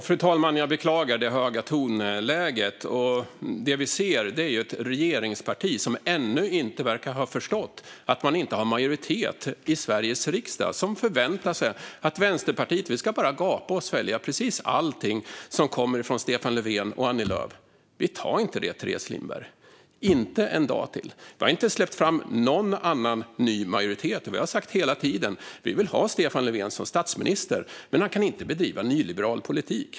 Fru talman! Jag beklagar det höga tonläget. Det vi ser är ett regeringsparti som ännu inte verkar ha förstått att man inte har majoritet i Sveriges riksdag. Man förväntar sig att Vänsterpartiet bara ska gapa och svälja när det gäller precis allting som kommer från Stefan Löfven och Annie Lööf. Vi tar inte det, Teres Lindberg, inte en dag till. Vi har inte släppt fram någon ny majoritet, och vi har hela tiden sagt: Vi vill ha Stefan Löfven som statsminister, men han kan inte bedriva nyliberal politik.